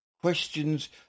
questions